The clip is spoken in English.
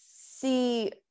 see